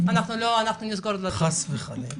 חס וחלילה.